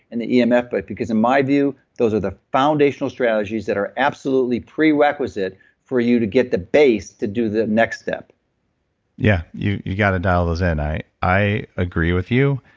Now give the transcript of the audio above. and the yeah emf book. but because in my view, those are the foundational strategies that are absolutely prerequisite for you to get the base to do the next step yeah. you you got to dial those, and i i agree with you,